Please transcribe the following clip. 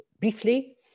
Briefly